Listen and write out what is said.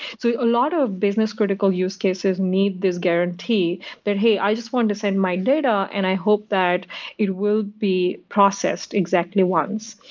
so a lot of business-critical use cases need this guarantee that, hey, i just want to send my data, and i hope that it will be processed exactly once.